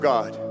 God